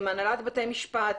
מהנהלת בתי המשפט,